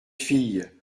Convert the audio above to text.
fille